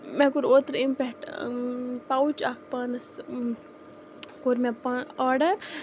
مےٚ کوٚر اوترٕ اَمہِ پٮ۪ٹھٕ پاوُچ اَکھ پانَس کوٚر مےٚ پا آرڈَر